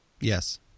Yes